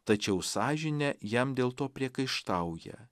tačiau sąžinė jam dėl to priekaištauja